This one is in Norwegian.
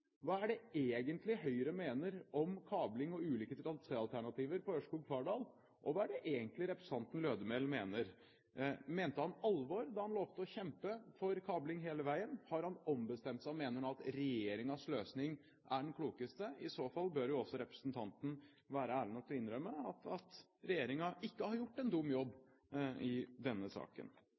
Hva er det egentlig Høyre mener om kabling og ulike traséalternativer Ørskog–Fardal? Og hva er det egentlig representanten Lødemel mener? Mente han alvor da han lovte å kjempe for kabling hele veien? Har han ombestemt seg og mener nå at regjeringens løsning er den klokeste? I så fall bør jo også representanten være ærlig nok til å innrømme at regjeringen ikke har gjort en dum jobb i denne saken.